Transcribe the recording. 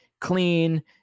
clean